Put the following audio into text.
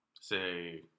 say